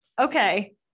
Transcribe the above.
okay